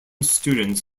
students